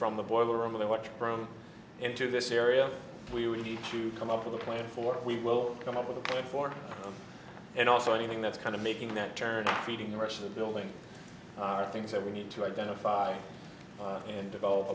from the boiler on the watch from into this area we need to come up with a plan for we will come up with a plan for them and also anything that's kind of making that turn feeding the rest of the building are things that we need to identify and develop